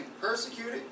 persecuted